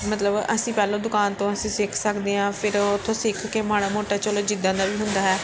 ਮਤਲਬ ਅਸੀਂ ਪਹਿਲਾਂ ਦੁਕਾਨ ਤੋਂ ਅਸੀਂ ਸਿੱਖ ਸਕਦੇ ਹਾਂ ਫਿਰ ਉੱਥੋਂ ਸਿੱਖ ਕੇ ਮਾੜਾ ਮੋਟਾ ਚਲੋ ਜਿੱਦਾਂ ਦਾ ਵੀ ਹੁੰਦਾ ਹੈ